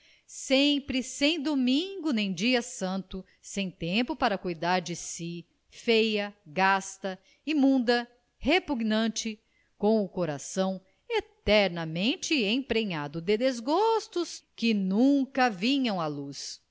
sempre sem domingo nem dia santo sem tempo para cuidar de si feia gasta imunda repugnante com o coração eternamente emprenhado de desgostos que nunca vinham à luz